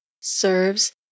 Serves